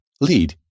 lead